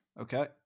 Okay